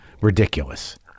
ridiculous